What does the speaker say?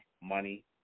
money